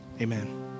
amen